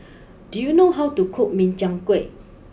do you know how to cook Min Chiang Kueh